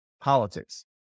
politics